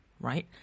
right